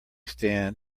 stand